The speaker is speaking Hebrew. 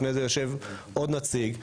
לפני זה יושב עוד נציג,